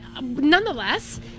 nonetheless